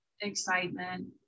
Excitement